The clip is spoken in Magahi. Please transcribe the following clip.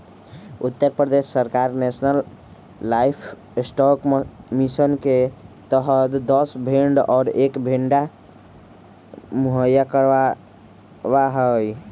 उत्तर प्रदेश सरकार नेशलन लाइफस्टॉक मिशन के तहद दस भेंड़ और एक भेंड़ा मुहैया करवावा हई